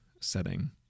setting